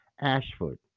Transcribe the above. Ashford